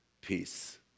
peace